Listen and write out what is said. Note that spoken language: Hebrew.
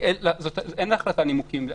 אין להחלטה נימוקים.